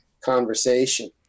conversation